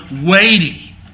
weighty